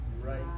Right